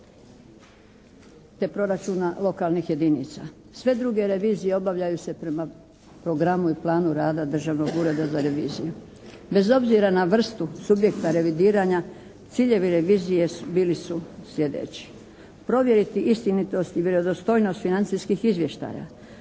te proračuna lokalnih jedinica. Sve druge revizije obavljaju se prema programu i planu rada Državnog ureda za reviziju. Bez obzira na vrstu subjekta revidiranja ciljevi revizije bili su sljedeći: provjeriti istinitost i vjerodostojnost financijskih izvještaja,